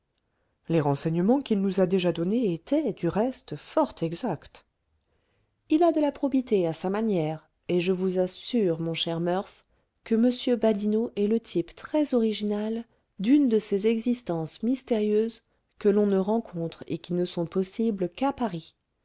les renseignements qu'il nous a déjà donnés étaient du reste fort exacts il a de la probité à sa manière et je vous assure mon cher murph que m badinot est le type très original d'une de ces existences mystérieuses que l'on ne rencontre et qui ne sont possibles qu'à paris